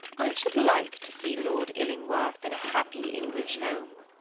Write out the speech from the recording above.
i should like to see lord illingworth in a happy english home.